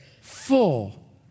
full